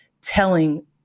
telling